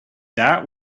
that